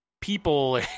people